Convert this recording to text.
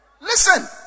Listen